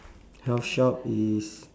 health shop is